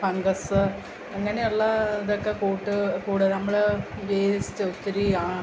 fungus അങ്ങനെയുള്ളാതൊക്കെ കൂട്ട് കൂട് നമ്മൾ വേസ്റ്റ് ഒത്തിരി ആ